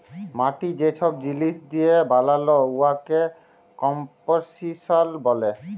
মাটি যে ছব জিলিস দিঁয়ে বালাল উয়াকে কম্পসিশল ব্যলে